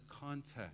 context